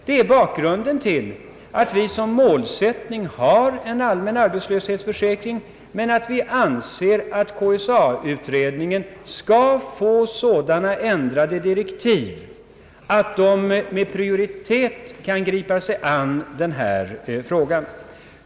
Det är bakgrunden till att vi som målsättning har en allmän arbetslöshetsförsäkring men att vi anser att KSA utredningen skall få sådana ändrade direktiv att utredningen med prioritet kan gripa sig an denna fråga.